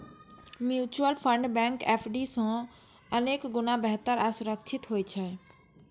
mutual fund bank FD सं अनेक गुणा बेहतर आ सुरक्षित होइ छै